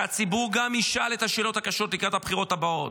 והציבור גם ישאל את השאלות הקשות לקראת הבחירות הבאות.